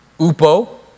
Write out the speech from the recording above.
upo